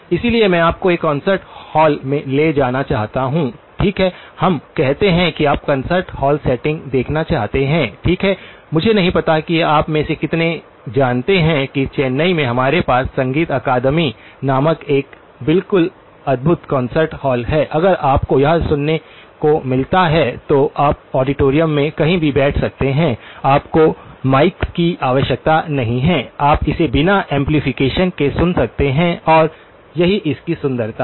इसलिए मैं आपको एक कॉन्सर्ट हॉल में ले जाना चाहता हूं ठीक है हम कहते हैं कि आप कॉन्सर्ट हॉल सेटिंग देखना चाहते हैं ठीक है मुझे नहीं पता कि आप में से कितने जानते हैं कि चेन्नई में हमारे पास संगीत अकादमी नामक एक बिल्कुल अद्भुत कॉन्सर्ट हॉल है अगर आपको यह सुनने को मिलता है तो आप ऑडिटोरियम में कहीं भी बैठ सकते हैं आपको मिक्स की आवश्यकता नहीं है आप इसे बिना एम्पलीफिकेशन के सुन सकते हैं और यही इसकी सुंदरता है